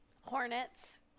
Hornets